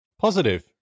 positive